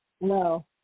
No